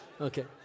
Okay